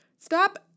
Stop